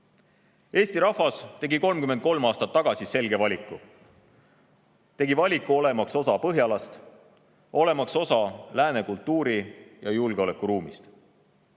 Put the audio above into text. Eesti rahvas tegi 33 aastat tagasi selge valiku: ta tegi valiku olla osa põhjalast, olla osa lääne kultuuri- ja julgeolekuruumist.